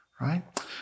Right